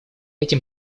этим